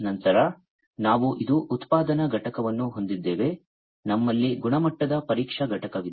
ನಂತರ ನಾವು ಇದು ಉತ್ಪಾದನಾ ಘಟಕವನ್ನು ಹೊಂದಿದ್ದೇವೆ ನಮ್ಮಲ್ಲಿ ಗುಣಮಟ್ಟದ ಪರೀಕ್ಷಾ ಘಟಕವಿದೆ